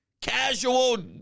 Casual